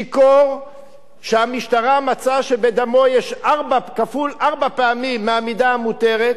שיכור שהמשטרה מצאה בדמו פי-ארבעה מהמידה המותרת,